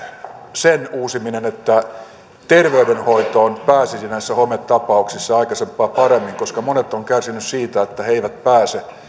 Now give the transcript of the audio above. sen uusiminen että terveydenhoitoon pääsisi näissä hometapauksissa aikaisempaa paremmin koska monet ovat kärsineet siitä että he eivät pääse